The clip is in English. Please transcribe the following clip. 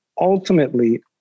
ultimately